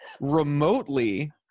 remotely